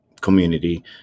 community